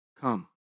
come